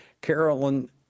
Carolyn